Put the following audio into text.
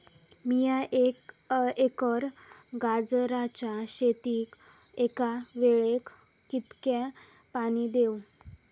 मीया एक एकर गाजराच्या शेतीक एका वेळेक कितक्या पाणी देव?